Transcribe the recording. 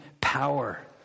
power